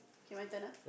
kay my turn ah